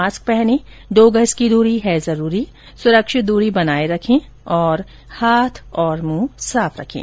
mask पहनें दो गज की दूरी है जरूरी सुरक्षित दूरी बनाए रखें हाथ और मुंह साफ रखें